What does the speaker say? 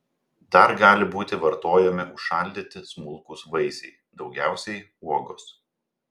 dar gali būti vartojami užšaldyti smulkūs vaisiai daugiausiai uogos